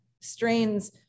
strains